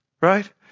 right